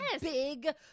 big